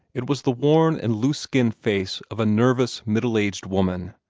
it was the worn and loose-skinned face of a nervous, middle-aged woman,